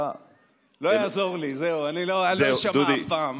זה לא מפריע לך לצעוק את זה פעם שנייה.